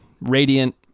radiant